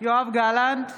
יואב גלנט,